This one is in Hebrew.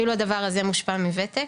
אפילו הדבר הזה מושפע מוותק.